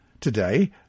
Today